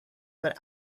what